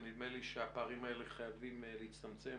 ונדמה לי שהפערים האלה חייבים להצטמצם,